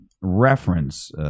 reference